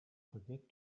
forget